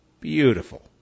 Beautiful